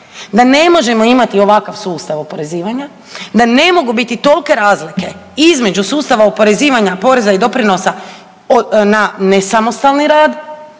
da ne možemo imati ovakav sustav oporezivanja, da ne mogu biti tolike razlike između sustava oporezivanja poreza i doprinosa na nesamostalni rad